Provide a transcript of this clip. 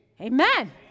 amen